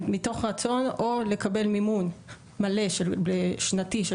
מתוך רצון או לקבל מימון שנתי מלא של